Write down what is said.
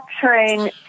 train